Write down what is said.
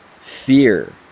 fear